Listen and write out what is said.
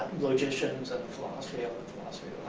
logicians and the philosophy, and the philosophy